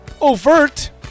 Overt